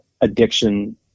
addiction